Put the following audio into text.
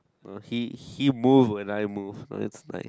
uh he he move when I move oh that's nice